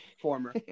former